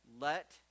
let